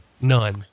none